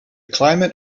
climate